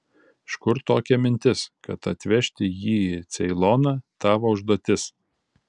iš kur tokia mintis kad atvežti jį į ceiloną tavo užduotis